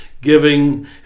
giving